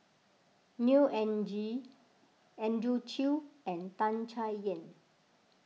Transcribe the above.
Neo Anngee Andrew Chew and Tan Chay Yan